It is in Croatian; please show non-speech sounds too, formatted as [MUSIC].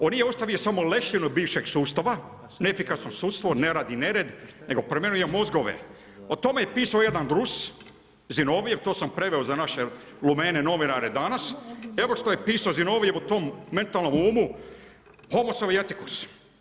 On nije ostavio samo lešinu bivšeg sustava, neefikasno sudstvo ne radi nered nego … [UNINTELLIGIBLE] mozgove, o tome je pisao jedan Rus, Zinovijev, to sam preveo za naše lumene, novinare danas, evo što je pisao Zinovijev o tom mentalnom umu, homosov i etikus.